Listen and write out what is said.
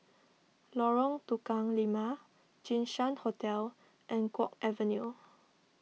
Lorong Tukang Lima Jinshan Hotel and Guok Avenue